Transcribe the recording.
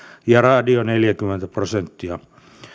ja radio neljäkymmentä prosenttia